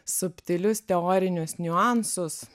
subtilius teorinius niuansus